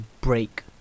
break